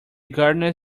gardener